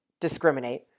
discriminate